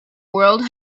world